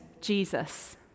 Jesus